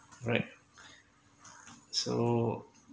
alright so